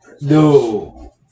No